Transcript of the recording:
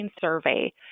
survey